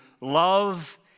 love